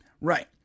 Right